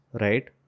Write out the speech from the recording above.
right